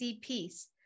peace